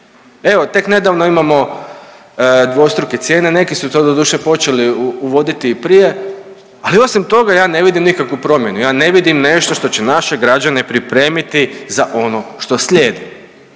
Evo, tek nedavno imamo dvostruke cijene, neki su to, doduše počeli uvoditi i prije, ali osim toga, ja ne vidim nikakvu promjenu, ja ne vidim nešto što će naše građane pripremiti za ono što slijedi.